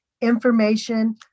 information